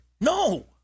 No